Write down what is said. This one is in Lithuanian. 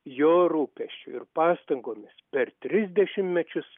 jo rūpesčiu ir pastangomis per tris dešimtmečius